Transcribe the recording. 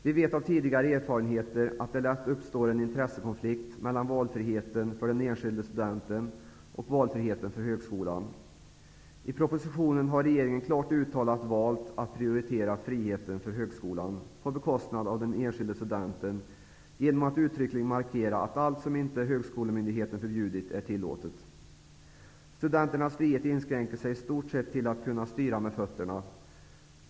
Vi vet av tidigare erfarenheter att det lätt uppstår en intressekonflikt mellan valfrihet för den enskilde studenten och valfrihet för högskolan. I propositionen har regeringen klart uttalat valt att prioritera friheten för högskolan, på bekostnad av den enskilde studenten, genom att uttryckligen markera att allt som inte högskolemyndigheten förbjudit är tillåtet. Studenternas frihet inskränker sig i stort sett till att kunna styra med fötterna.